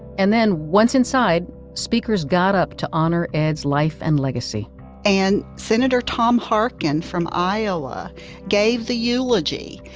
and then once inside, speakers got up to honor ed's life and legacy and senator tom harkin from iowa gave the eulogy.